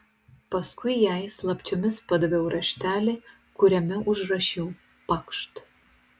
paskui jai slapčiomis padaviau raštelį kuriame užrašiau pakšt